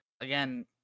again